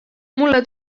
mulle